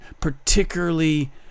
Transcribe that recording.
particularly